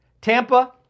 Tampa